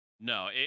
No